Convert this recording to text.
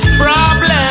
problem